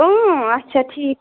اۭں اچھا ٹھیٖک